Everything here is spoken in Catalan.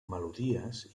melodies